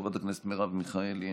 חברת הכנסת מרב מיכאלי,